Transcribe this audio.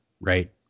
Right